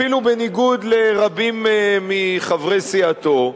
אפילו בניגוד לרבים מחברי סיעתו,